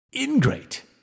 ingrate